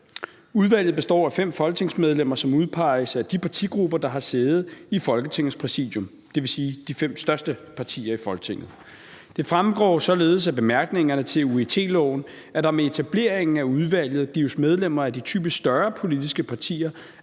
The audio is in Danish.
Udvalget består af 5 folketingsmedlemmer, som udpeges af de partigrupper, der har siddet i Folketingets Præsidium, dvs. de 5 største partier i Folketinget. Det fremgår således af bemærkningerne til UET-loven, at der med etableringen af udvalget gives medlemmer af de typisk større politiske partier